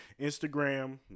Instagram